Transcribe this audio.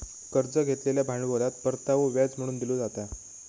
कर्ज घेतलेल्या भांडवलात परतावो व्याज म्हणून दिलो जाता